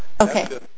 Okay